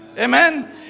Amen